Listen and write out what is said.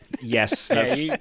Yes